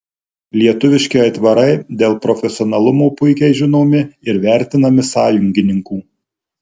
lietuviški aitvarai dėl profesionalumo puikiai žinomi ir vertinami sąjungininkų